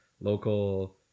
local